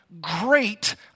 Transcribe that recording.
great